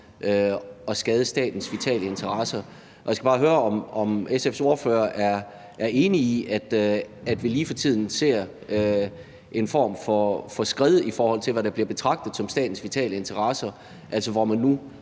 at skade statens vitale interesser. Og jeg skal bare høre, om SF's ordfører er enig i, at vi lige for tiden ser en form for skred, i forhold til hvad der bliver betragtet som statens vitale interesser, altså hvor man nu